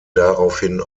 daraufhin